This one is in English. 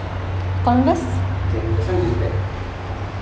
can as long as its black